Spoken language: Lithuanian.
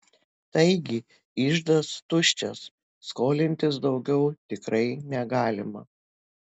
taigi iždas tuščias skolintis daugiau tikrai negalima